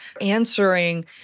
answering